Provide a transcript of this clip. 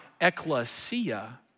ecclesia